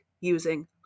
using